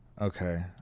okay